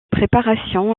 préparation